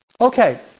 Okay